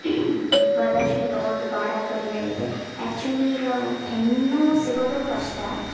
ವರದಕ್ಷ್ಣೆ ತೊಗೊಳ್ಳೋದು ಭಾಳ ಕಡಿಮೆ ಆಗೈತೆ ಆ್ಯಕ್ಚುಲಿ ಈಗ ಹೆಣ್ಣು ಸಿಗೋದು ಕಷ್ಟ